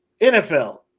NFL